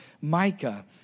Micah